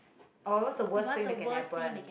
or what's the worst thing that can happen